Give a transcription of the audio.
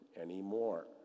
anymore